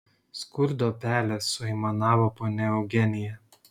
skurdo pelės suaimanavo ponia eugenija